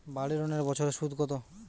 বাড়ি লোনের বছরে সুদ কত?